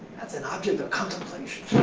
that's an object of contemplation.